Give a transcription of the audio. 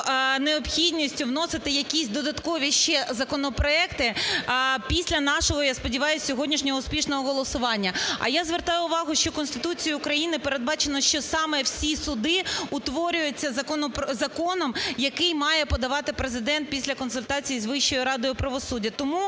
необхідністю вносити якісь додаткові ще законопроекти після нашого, я сподіваюсь, сьогоднішнього успішного голосування. А я звертаю увагу, що Конституцією України передбачено, що саме всі суди утворюються законом, який має подавати Президент після консультацій з Вищою радою правосуддя. Тому